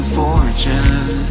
fortune